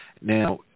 Now